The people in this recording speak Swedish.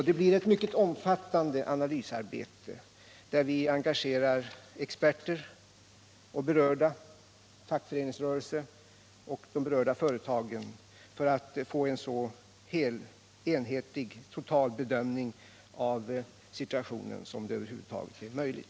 Det blir ett mycket omfattande analysarbete, där vi engagerar experter och berörda parter för att få en så realistisk, total bedömning av situationen som det över huvud taget är möjligt.